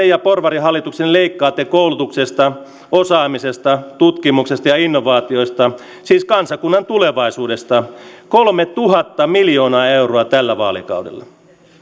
ja porvarihallituksenne leikkaatte koulutuksesta osaamisesta tutkimuksesta ja ja innovaatioista siis kansakunnan tulevaisuudesta kolmetuhatta miljoonaa euroa tällä vaalikaudella